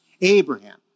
Abraham